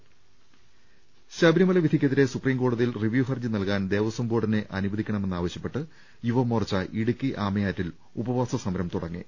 ലലലലലലലലലലലല ശബരിമല വിധിക്കെതിരെ സുപ്രീംകോടതിയിൽ റിവ്യൂ ഹർജി നൽകാൻ ദേവസ്വംബോർഡിനെ അനുവദിക്കണമെന്നാവശ്യപ്പെട്ട് യുവമോർച്ച് ഇടുക്കി ആമയാറ്റിൽ ഉപവാസ സമരം തുടങ്ങി